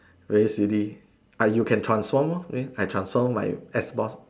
very silly I you can transform lor than I transform my ex boss